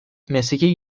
mesleki